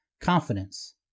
confidence